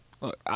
Look